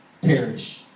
perish